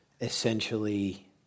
essentially